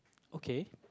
okay